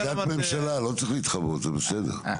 את נציגת ממשלה, לא צריך להתחבא, זה בסדר.